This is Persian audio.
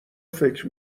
فکر